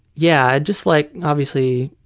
yeah, i just like obviously,